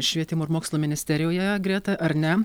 švietimo ir mokslo ministerijoje greta ar ne